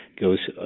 goes